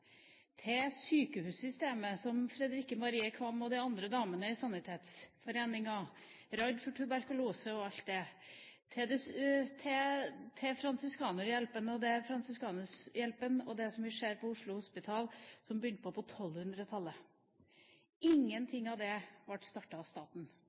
til sykehussystemet vårt, med Fredrikke Marie Qvam og de andre damene i Sanitetsforeningen, man var redd for tuberkulose og alt det der, til Fransiskushjelpen og det vi ser på Oslo Hospital, som begynte på 1200-tallet – ble ingen startet av staten.